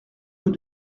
rue